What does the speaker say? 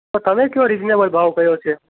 તો તમે કહો રિજનેબલ ભાવ કયો છે